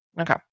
Okay